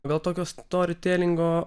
gal tokios to ritelingo